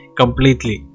completely